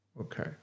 Okay